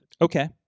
Okay